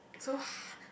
so